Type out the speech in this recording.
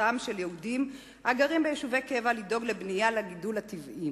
זכותם של יהודים הגרים ביישובי קבע לדאוג לבנייה לגידול הטבעי.